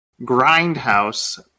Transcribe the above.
Grindhouse